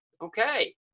Okay